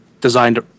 designed